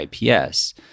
IPS